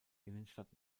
innenstadt